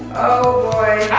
oh, boy.